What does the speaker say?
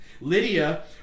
Lydia